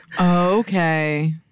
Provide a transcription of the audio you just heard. Okay